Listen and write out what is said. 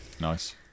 Nice